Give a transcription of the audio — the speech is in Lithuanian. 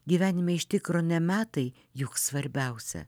gyvenime iš tikro ne metai juk svarbiausia